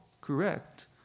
correct